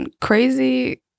Crazy